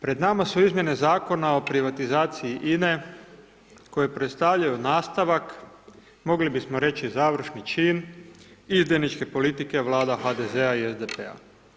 Pred nama su izmijene Zakona o privatizaciji INA-e, koji predstavljaju nastavak, mogli bismo reći završni čin izdajničke politike Vlada HDZ-a i SDP-a.